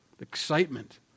Excitement